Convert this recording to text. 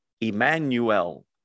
Emmanuel